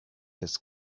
his